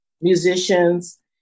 musicians